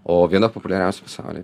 o viena populiariausių pasaulyje